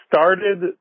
started